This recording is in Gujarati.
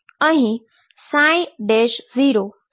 અહીં સતત છે